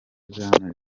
bwana